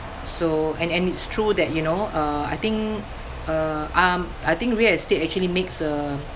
so and and it's true that you know uh I think uh um I think real estate actually makes a